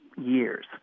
years